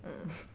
um